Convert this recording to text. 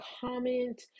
comment